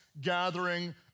gathering